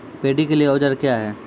Paddy के लिए औजार क्या हैं?